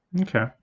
Okay